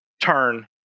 turn